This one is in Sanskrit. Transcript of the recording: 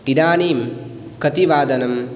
इदानीं कति वादनं